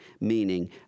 meaning